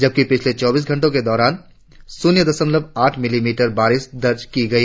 जबकि पिछले चौबीस घंटों के दौरान शुन्य दशमलव आठ मिलीमीटर बारिश दर्ज की गई